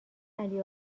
علی